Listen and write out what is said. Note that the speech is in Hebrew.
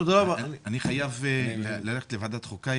אני חייב לצאת לוועדת חוקה,